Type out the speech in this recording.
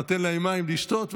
נותן להם מים לשתות,